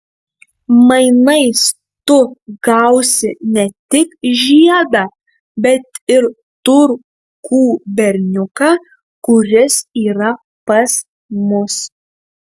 mainais tu gausi ne tik žiedą bet ir turkų berniuką kuris yra pas mus